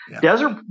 Desert